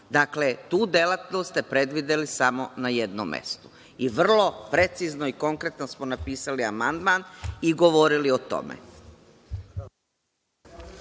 tu delatnost ste predvideli samo na jednom mestu. Vrlo precizno i konkretno smo napisali amandman i govorili o tome.